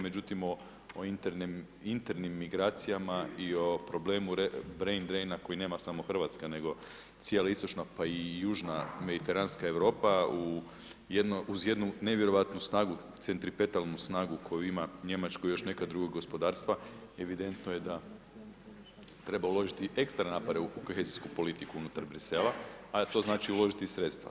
Međutim, o internim migracijama i o problemu brain-drain-a koji nema samo RH, nego cijela istočna pa i južna mediteranska Europa uz jednu nevjerojatnu centripetalnu snagu koji ima Njemačko i još neka druga gospodarstva, evidentno je treba uložiti ekstremne napore u kohezijsku politiku unutar Brisela, a to znači uložiti sredstva.